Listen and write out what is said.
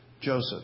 Joseph